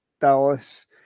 dallas